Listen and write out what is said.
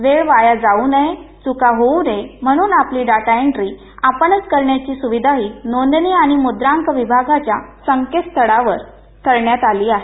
वेळ वाया जाऊ नये च्का होऊ नये म्हणून आपली डाटा एन्ट्री आपणच करण्याची सुविधाही नोंदणी आणि मुद्रांक विभागाच्या संकेतस्थळावर करण्यात आली आहे